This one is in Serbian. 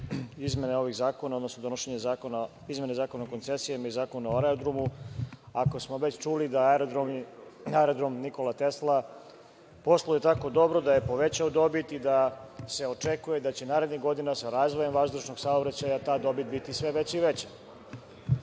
izmene ovih zakona, odnosno izmene Zakona o koncesijama i Zakon o aerodromu, ako smo već čuli da aerodrom „Nikola Tesla“ posluje tako dobro da je povećao dobit i da se očekuje da će narednih godina, sa razvojem vazdušnog saobraćaja, ta dobit biti sve veća